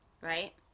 right